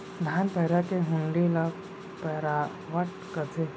धान पैरा के हुंडी ल पैरावट कथें